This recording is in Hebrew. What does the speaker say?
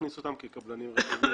ולהכניס אותם כקבלנים רשומים,